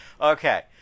Okay